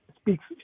speaks